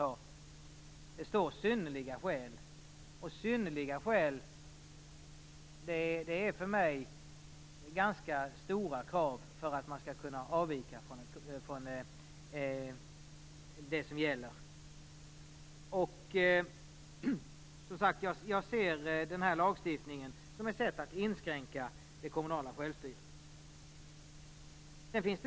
Det står "synnerliga skäl", och det innebär för mig ganska stora krav för att man skall kunna avvika från det som gäller. Jag ser den här lagstiftningen som ett sätt att inskränka det kommunala självstyret.